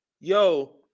yo